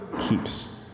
keeps